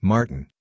Martin